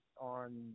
on –